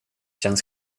känns